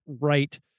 right